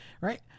right